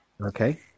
Okay